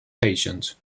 patient